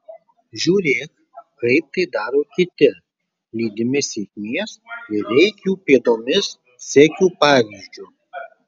žiūrėk kaip tai daro kiti lydimi sėkmės ir eik jų pėdomis sek jų pavyzdžiu